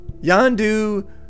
Yandu